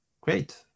great